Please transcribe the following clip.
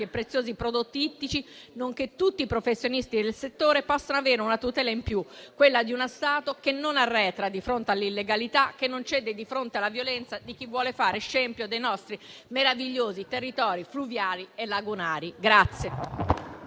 e preziosi prodotti ittici, nonché tutti i professionisti del settore, possano avere una tutela in più, quella di una Stato che non arretra di fronte all'illegalità, che non cede di fronte alla violenza di chi vuole fare scempio dei nostri meravigliosi territori fluviali e lagunari.